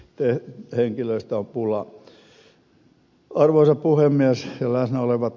arvoisa puhemies ja läsnä olevat kollegat